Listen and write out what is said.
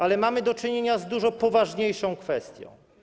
Ale mamy do czynienia z dużo poważniejszą kwestią.